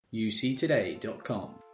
uctoday.com